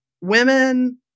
women